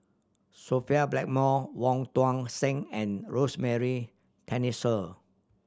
Sophia Blackmore Wong Tuang Seng and Rosemary Tessensohn